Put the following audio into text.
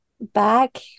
back